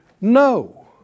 No